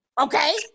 Okay